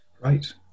Right